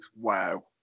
Wow